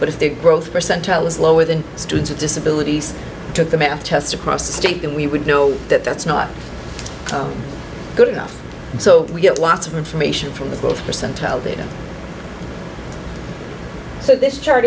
but if their growth percentile is lower than students with disabilities took the math test across the state then we would know that that's not good enough so we get lots of information from the growth percentile data so this